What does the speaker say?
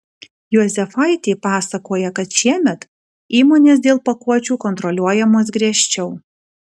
juozefaitė pasakoja kad šiemet įmonės dėl pakuočių kontroliuojamos griežčiau